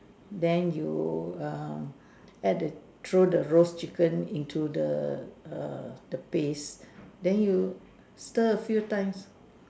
then you err add the throw the roast chicken into the err the base then you stir a few time